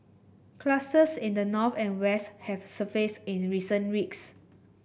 clusters in the north and west have surfaced in recent weeks